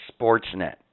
Sportsnet